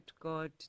God